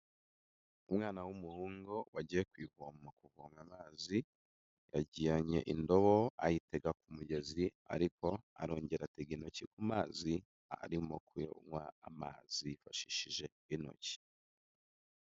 Umwana w'umuhungu wagiye ku ivomo kuvoma amazi, yajyanye indobo ayitega ku mugezi ariko arongera atega intoki ku mazi arimo kunywa amazi yifashishije intoki.